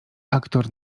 aktor